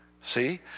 See